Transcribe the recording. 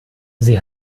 sie